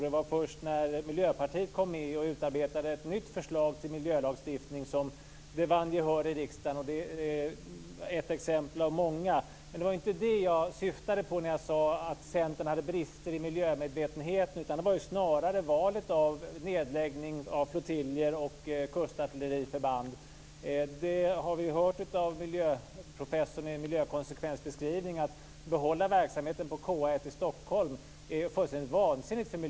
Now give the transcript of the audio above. Det var först när Miljöpartiet kom med och utarbetade ett nytt förslag till miljölagstiftning som det vann gehör i riksdagen. Det är ett exempel bland många. Men det var inte det här som jag syftade på när jag sade att Centern hade brister i fråga om miljömedvetenheten. Det handlade snarare om valet av nedläggning av flottiljer och kustartilleriförband. Vi har hört av miljöprofessorn i en miljökonsekvensbeskrivning att det är fullständigt vansinnigt för miljön att behålla verksamheten på KA 1 i Stockholm.